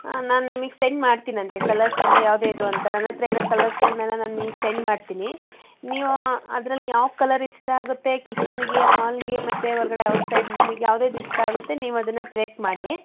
ಹಾಂ ನಾನು ನಿಮಗ್ ಸೆಂಡ್ ಮಾಡ್ತೀನಂತೆ ಕಲರ್ಸ್ ಎಲ್ಲ ಯಾವ್ದು ಯಾವುದು ಅಂತ ನನ್ನ ಹತ್ರ ಇರೋ ಕಲರ್ಸ್ಗಳನ್ನ ನಾನು ನಿಮಗ್ ಸೆಂಡ್ ಮಾಡ್ತೀನಿ ನೀವು ಅದರಲ್ಲಿ ಯಾವ ಕಲರ್ ಇಷ್ಟ ಆಗುತ್ತೆ ಕಿಚನ್ನಿಗೆ ಹಾಲಿಗೆ ಮತ್ತು ಹೊರ್ಗಡೆ ಔಟ್ಸೈಡ್ ನಿಮಗ್ ಯಾವ್ದು ಯಾವ್ದು ಇಷ್ಟ ಆಗುತ್ತೆ ನೀವು ಅದನ್ನ ಸೆಲೆಕ್ಟ್ ಮಾಡಿ